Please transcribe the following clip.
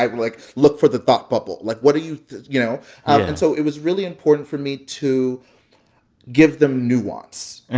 like, look for the thought bubble. like, what do you you know? yeah ah and so it was really important for me to give them nuance.